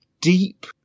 deep